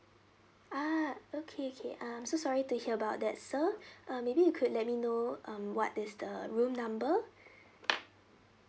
ah okay okay um so sorry to hear about that sir uh maybe you could let me know um what is the room number